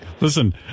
Listen